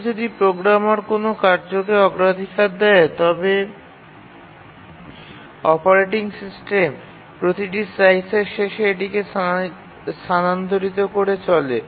এমনকি যদি প্রোগ্রামার কোনও কার্যকে অগ্রাধিকার দেয় তবে অপারেটিং সিস্টেম প্রতিটি স্লাইসের শেষে এটিকে স্থানান্তরিত করে চলে